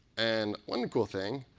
and one cool thing,